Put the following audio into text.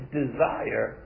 desire